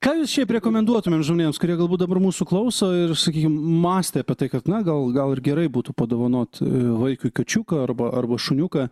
ką jūs šiaip rekomenduotumėt žmonėms kurie galbūt dabar mūsų klauso ir sakykim mąstė apie tai kad na gal gal ir gerai būtų padovanot vaikui kačiuką arba arba šuniuką